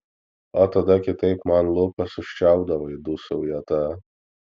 o tada kitaip man lūpas užčiaupdavai dūsauja ta